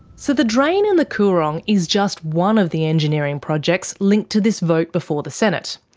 so the drain in the coorong is just one of the engineering projects linked to this vote before the senate.